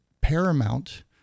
paramount